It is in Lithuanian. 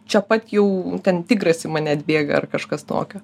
čia pat jau ten tigras į mane atbėga ar kažkas tokio